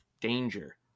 danger